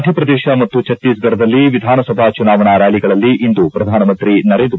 ಮಧ್ಯಪ್ರದೇಶ ಮತ್ತು ಛತ್ತೀಸ್ಗಢದಲ್ಲಿ ವಿಧಾನಸಭಾ ಚುನಾವಣಾ ರ್ಾಲಿಗಳಲ್ಲಿ ಇಂದು ಪ್ರಧಾನಮಂತ್ರಿ ನರೇಂದ್ರ